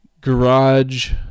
garage